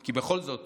כי בכל זאת